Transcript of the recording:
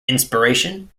inspiration